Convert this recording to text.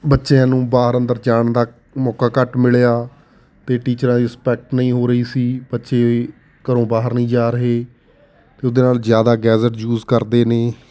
ਬੱਚਿਆਂ ਨੂੰ ਬਾਹਰ ਅੰਦਰ ਜਾਣ ਦਾ ਮੌਕਾ ਘੱਟ ਮਿਲਿਆ ਅਤੇ ਟੀਚਰਾਂ ਦੀ ਰਿਸਪੈਕਟ ਨਹੀਂ ਹੋ ਰਹੀ ਸੀ ਬੱਚੇ ਘਰੋਂ ਬਾਹਰ ਨਹੀਂ ਜਾ ਰਹੇ ਅਤੇ ਉਹਦੇ ਨਾਲ ਜ਼ਿਆਦਾ ਗੈਜਟ ਯੂਜ ਕਰਦੇ ਨੇ